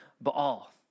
Baal